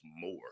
more